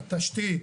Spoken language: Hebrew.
התשתית,